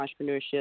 entrepreneurship